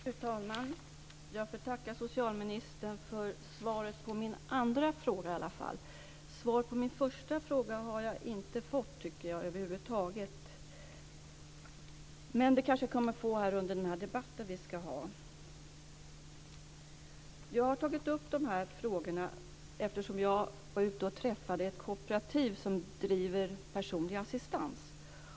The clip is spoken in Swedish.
Fru talman! Jag får tacka socialministern för svaret, i alla fall på min andra fråga. Svar på min första fråga tycker jag inte att jag över huvud taget har fått. Men det kanske jag kommer att få under den debatt vi ska ha. Jag har tagit upp de här frågorna eftersom jag besökte ett kooperativ som driver personlig assistans.